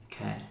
Okay